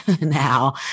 now